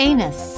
Anus